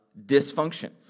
dysfunction